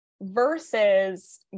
versus